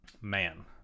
Man